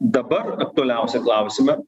dabar aktualiausią klausimą